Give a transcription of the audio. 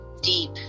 deep